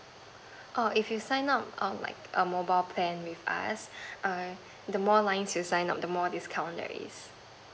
err if you sign up um like a mobile plan with us err the more lines you sign up the more discount there is